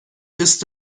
ist